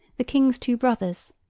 the king's two brothers,